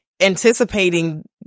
anticipating